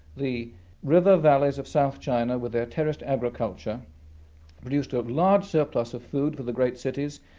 the river valleys of south china with their terraced agriculture produced a large surplus of food for the great cities,